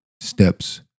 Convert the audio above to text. Steps